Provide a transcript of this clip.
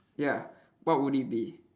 ya what would it be